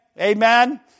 Amen